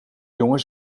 jongen